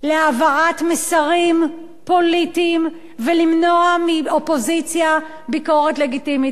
להעברת מסרים פוליטיים ולמנוע מהאופוזיציה ביקורת לגיטימית.